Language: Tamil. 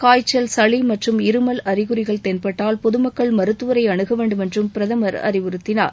காய்ச்சல் சளி மற்றும் இருமல் அறிகுறிகள் தென்பட்டால் பொதுமக்கள் மருத்துவரை அணுக வேண்டுமென்றும் பிரதமர் அறிவுறுத்தினார்